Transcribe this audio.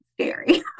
scary